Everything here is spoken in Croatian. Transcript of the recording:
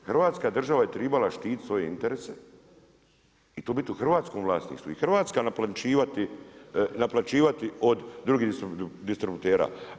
Hrvatska država je tribala štititi svoje interese i to bit u hrvatskom vlasništvu i Hrvatska naplaćivati od drugih distributera.